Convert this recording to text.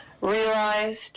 realized